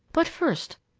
but first,